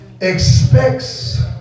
Expects